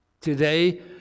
Today